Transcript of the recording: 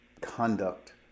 conduct